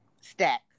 stack